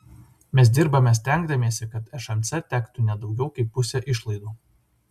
mes dirbame stengdamiesi kad šmc tektų ne daugiau kaip pusė išlaidų